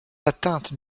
atteintes